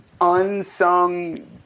unsung